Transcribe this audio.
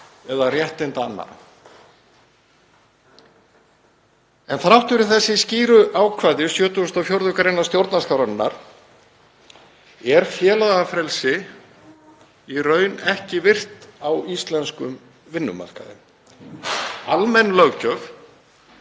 eða réttinda annarra. Þrátt fyrir þessi skýru ákvæði 74. gr. stjórnarskrárinnar er félagafrelsi í raun ekki virt á íslenskum vinnumarkaði. Almenn löggjöf